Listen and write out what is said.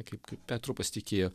kaip kaip petru pasitikėjo